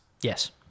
Yes